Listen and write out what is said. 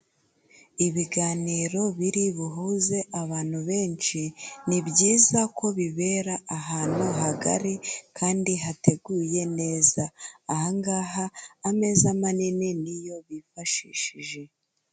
Ibiganiro biri buhuze abantu benshi, ni byiza ko bibera ahantu hagari kandi hateguye neza, ahangaha ameza manini niyo bifashishije